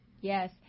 Yes